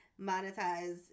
monetize